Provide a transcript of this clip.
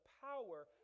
power